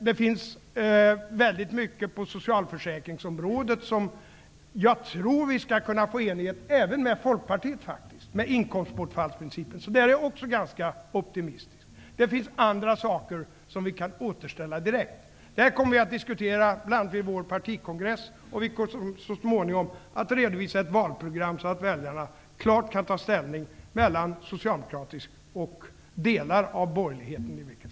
Det finns väldigt mycket på socialförsäkringsområdet som jag tror att vi skall kunna få enighet om även tillsammans med Folkpartiet, t.ex. när det gäller inkomstbortfallsprincipen. I fråga om detta är jag också ganska optimistisk. Det finns andra saker som vi kan återställa direkt. Detta kommer vi att diskutera, bl.a. på vår partikongress. Vi kommer så småningom att redovisa ett valprogram, så att väljarna klart kan ta ställning mellan socialdemokratisk politik och åtminstone delar av borgerlighetens politik.